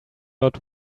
lot